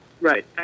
Right